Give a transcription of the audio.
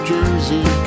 Jersey